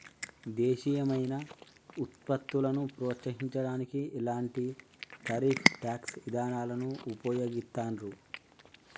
దేశీయమైన వుత్పత్తులను ప్రోత్సహించడానికి ఇలాంటి టారిఫ్ ట్యేక్స్ ఇదానాలను వుపయోగిత్తండ్రు